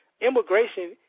immigration